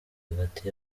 hagati